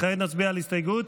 כעת נצביע על הסתייגות?